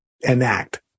enact